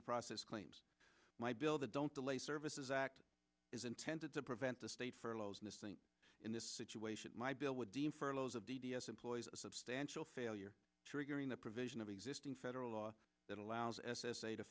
to process claims my bill that don't delay services act is intended to prevent the state furloughs missing in this situation my bill would deem furloughs of d d s employees a substantial failure triggering the provision of existing federal law that allows s s a to